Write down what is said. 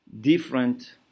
different